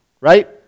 Right